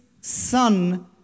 son